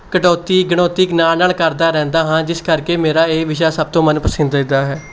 ਕਟੌਤੀ ਗਣੌਤੀ ਨਾਲ ਨਾਲ ਕਰਦਾ ਰਹਿੰਦਾ ਹਾਂ ਜਿਸ ਕਰਕੇ ਮੇਰਾ ਇਹ ਵਿਸ਼ਾ ਸਭ ਤੋਂ ਮਨਪਸੰਦੀਦਾ ਹੈ